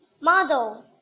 model